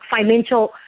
financial